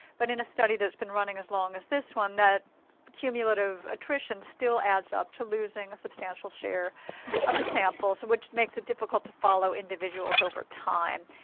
but in a study thats been running as long as this one, that cumulative attrition still adds up to losing a substantial share of the sample, which makes it difficult to follow individuals over time.